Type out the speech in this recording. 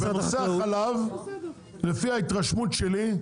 בנושא החלב, לפי ההתרשמות שלי,